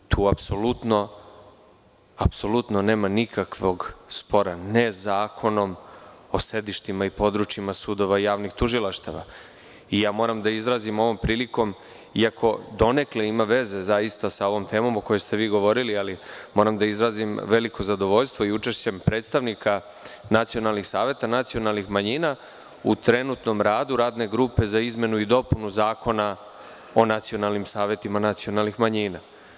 Tu apsolutno nema nikakvog spora, ne Zakonom o sedištima i područjima sudova i javnih tužilaštava, i ja moram da izrazim ovom prilikom, iako donekle ima veze zaista sa ovom temom o kojoj ste vi govorili, ali moram da izrazim veliko zadovoljstvo i učešćem predstavnika nacionalnih saveta nacionalnih manjina u trenutnom radu radne grupe za izmenu i dopunu Zakona o nacionalnim savetima nacionalnih manjina.